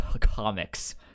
comics